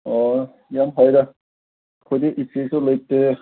ꯑꯣ ꯌꯥꯝ ꯐꯩꯗ ꯑꯩꯈꯣꯏꯗꯤ ꯏꯆꯦꯁꯨ ꯂꯩꯇꯦ